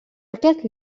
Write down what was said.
aquest